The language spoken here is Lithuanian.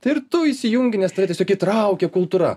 tai ir tu įsijungi nes tave tiesiog įtraukia kultūra